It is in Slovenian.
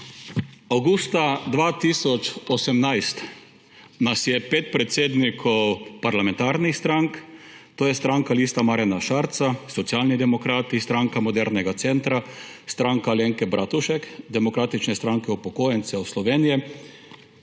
Avgusta 2018 nas je pet predsednikov parlamentarnih strank, to je stranke Lista Marjana Šarca, Socialnih demokratov, Stranke modernega centra, Stranke Alenke Bratušek, Demokratične stranke upokojencev Slovenije, podpisalo